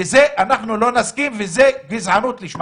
גם אדמה כבושה.